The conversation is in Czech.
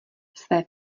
své